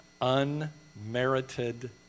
unmerited